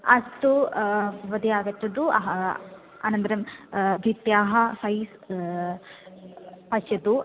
अस्तु भवती आगच्छतु अनन्तरं भित्याः सैज़् पश्यतु